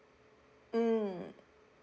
mm